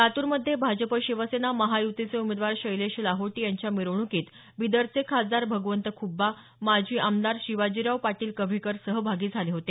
लातूरमध्ये भाजपा शिवसेना महायुतीचे उमेदवार शैलेश लाहोटी यांच्या मिरवणुकीत बिदरचे खासदार भगवंत खुब्बा माजी आमदार शिवाजीराव पाटील कव्हेकर सहभागी झाले होते